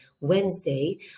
Wednesday